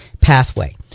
pathway